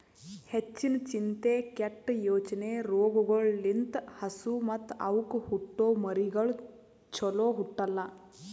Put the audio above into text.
ಹೆಚ್ಚಿನ ಚಿಂತೆ, ಕೆಟ್ಟ ಯೋಚನೆ ರೋಗಗೊಳ್ ಲಿಂತ್ ಹಸು ಮತ್ತ್ ಅವಕ್ಕ ಹುಟ್ಟೊ ಮರಿಗಳು ಚೊಲೋ ಹುಟ್ಟಲ್ಲ